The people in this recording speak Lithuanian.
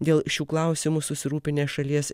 dėl šių klausimų susirūpinę šalies